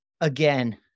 Again